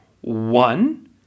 one